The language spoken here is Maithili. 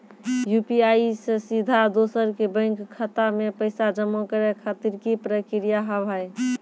यु.पी.आई से सीधा दोसर के बैंक खाता मे पैसा जमा करे खातिर की प्रक्रिया हाव हाय?